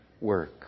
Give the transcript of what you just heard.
work